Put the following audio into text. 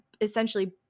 essentially